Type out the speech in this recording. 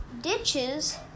ditches